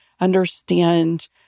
understand